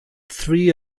three